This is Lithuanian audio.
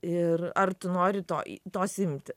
ir ar tu nori to tos imti